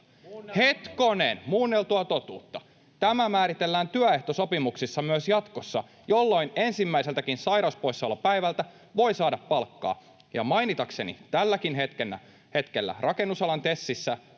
Hetkonen, muunneltua totuutta. — Tämä määritellään työehtosopimuksissa myös jatkossa, jolloin ensimmäiseltäkin sairauspoissaolopäivältä voi saada palkkaa. Ja mainitakseni: tälläkin hetkellä rakennusalan TESissä